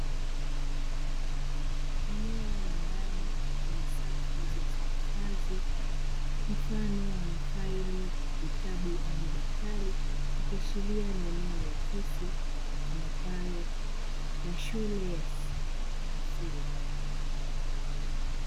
Eneo la ndani lenye safu zilizohifadhi mfano wa faili, vitabu au madaftari ikiashiria ni eneo la ofisi litumikalo na shule ya msingi.